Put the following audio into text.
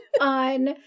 on